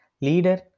leader